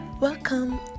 welcome